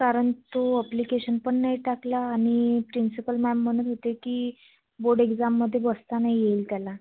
कारण तो ॲप्लिकेशन पण नाही टाकला आणि प्रिन्सिपल मॅम म्हणत होते की बोर्ड एक्झाममध्ये बसता नाही येईल त्याला